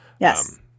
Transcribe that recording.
yes